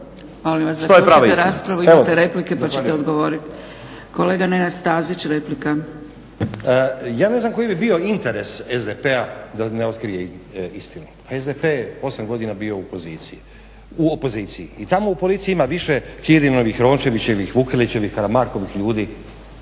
Molim vas zaključite raspravu. Imate replike pa ćete odgovoriti. Kolega Nenad Stazić, replika. **Stazić, Nenad (SDP)** Ja ne znam koji bi bio interes SDP-a da ne otkrije istinu? Pa SDP je 8 godina bio u opoziciji i tamo u policiji ima više Kirinovih, Rončevićevih, Vukelićevih, Karamarkovih ljudi